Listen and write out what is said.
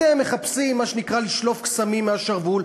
אתם מחפשים מה שנקרא "לשלוף קסמים מהשרוול",